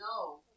No